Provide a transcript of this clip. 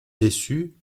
déçue